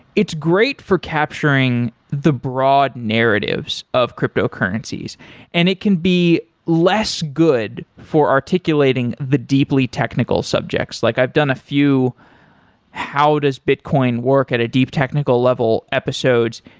it's great for capturing the broad narratives of cryptocurrencies and it can be less good for articulating the deeply technical subjects. like i've done a few how does bitcoin work at a deep technical level episodes.